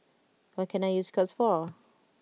what can I use Scott's for